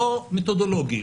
לא מתודולוגי,